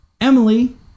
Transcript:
Emily